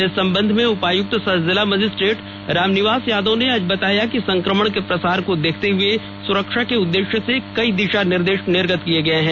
इस संबंध में उपायुक्त सह जिला मजिस्ट्रेट रामनिवास यादव ने आज बताया कि संक्रमण के प्रसार को देखते हुए सुरक्षा के उद्देश्य से कई दिशा निर्देश निर्गत किए हैं